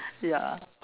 ya